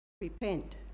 Repent